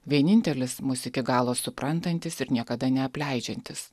vienintelis mus iki galo suprantantis ir niekada neapleidžiantis